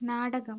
നാടകം